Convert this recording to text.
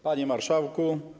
Panie Marszałku!